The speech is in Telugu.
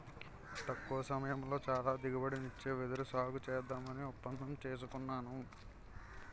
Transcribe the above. తక్కువ సమయంలో చాలా దిగుబడినిచ్చే వెదురు సాగుసేద్దామని ఒప్పందం సేసుకున్నాను